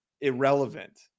irrelevant